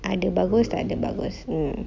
ada bagus tak ada bagus mm